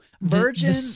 Virgin